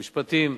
המשפטים,